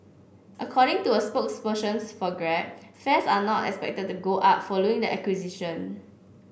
according to a spokespersons for grab fares are not expected to go up following the acquisition